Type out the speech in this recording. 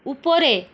উপরে